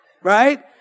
Right